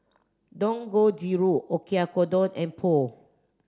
Dangojiru Oyakodon and Pho